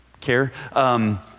care